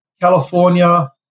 California